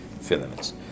filaments